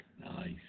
nice